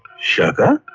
shakka.